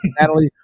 Natalie